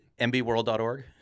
MBworld.org